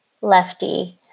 lefty